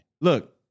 Look